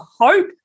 hope